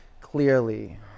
clearly